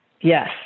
Yes